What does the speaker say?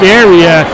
area